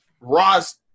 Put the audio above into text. Ross